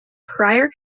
prior